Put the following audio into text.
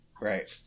Right